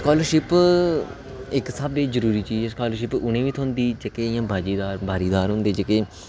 scholarship इक स्हाबे दी जरुरी चीज ऐ स्कालरशिप उ'नें गी बी थ्होंदी जेह्के इ'यां भागीदार होंदे जेह्के